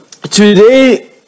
today